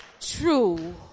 true